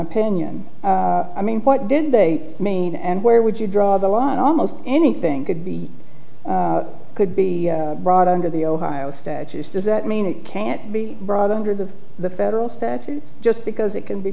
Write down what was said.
opinion i mean what did they mean and where would you draw the line almost anything could be could be brought under the ohio statutes does that mean it can't be brought under the the federal statute just because it can be